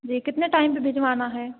जी कितने टाइम पर भिजवाना है